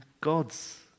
God's